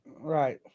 Right